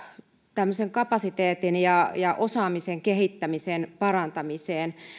tämmöisen kapasiteetin ja ja osaamisen kehittämiseen ja parantamiseen